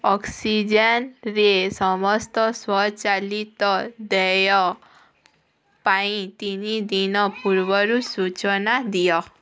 ଅକ୍ସିଜେନରେ ସମସ୍ତ ସ୍ୱଚାଲିତ ଦେୟ ପାଇଁ ତିନିଦିନ ପୂର୍ବରୁ ସୂଚନା ଦିଅ